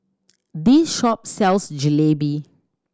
this shop sells Jalebi